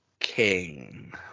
king